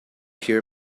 hear